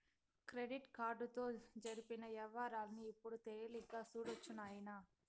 credit కార్డుతో జరిపిన యవ్వారాల్ని ఇప్పుడు తేలిగ్గా సూడొచ్చు నాయనా